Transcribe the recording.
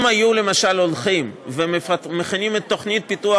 אם היו למשל הולכים ומכינים את תוכנית פיתוח